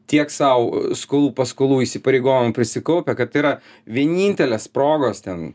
tiek sau skolų paskolų įsipareigojimų prisikaupę kad tai yra vienintelės progos ten